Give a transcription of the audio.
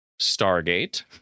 Stargate